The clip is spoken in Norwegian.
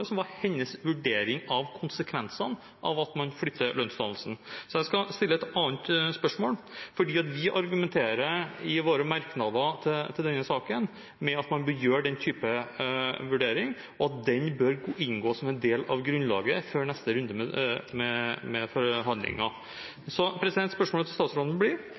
hennes vurdering av konsekvensene av at man flytter lønnsdannelsen, så jeg skal stille et annet spørsmål. I våre merknader til denne saken argumenterer vi for at man bør gjøre denne typen vurderinger, og at disse bør inngå som en del av grunnlaget før neste runde med forhandlinger. Spørsmålet til statsråden blir: